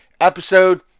episode